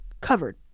covered